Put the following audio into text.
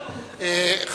הוא, והוא, לא.